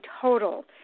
total